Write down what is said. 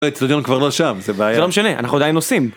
האיצטדיון כבר לא שם, זה בעיה. זה לא משנה, אנחנו עדיין נוסעים.